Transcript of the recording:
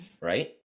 Right